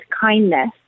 kindness